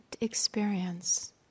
experience